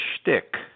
shtick